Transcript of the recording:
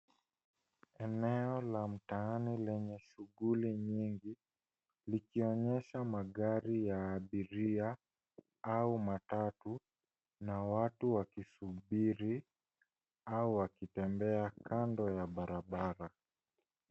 Eneo la mtaani lenye shughuli nyingi likionyesha magari ya abiria au matatu na watu wakisubiri au wakitembea kando ya barabara.